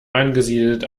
angesiedelt